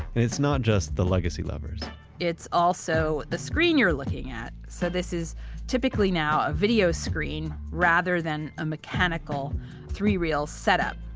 and it's not just the legacy levers it's also the screen you are looking at. so, this is typically now a video screen rather than a mechanical three-reel setup.